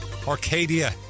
arcadia